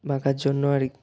বাঁকার জন্য আর